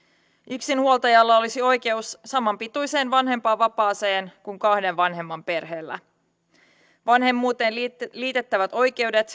yksinhuoltajalla olisi oikeus samanpituiseen vanhempainvapaaseen kuin kahden vanhemman perheellä vanhemmuuteen liitettävät oikeudet